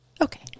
Okay